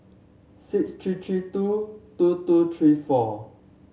six three three two two two three four